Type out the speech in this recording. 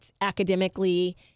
academically